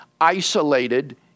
isolated